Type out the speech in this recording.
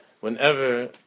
Whenever